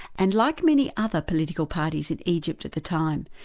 and like many other political parties in egypt at the time,